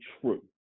true